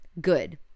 good